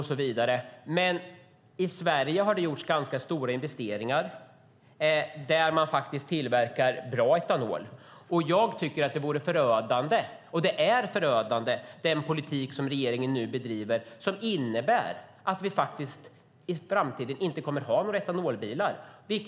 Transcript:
I Sverige har det gjorts ganska stora investeringar i att tillverka bra etanol. Jag tycker att det är förödande med den politik som regeringen nu bedriver som innebär att vi inte kommer att ha några etanolbilar i framtiden.